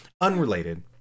Unrelated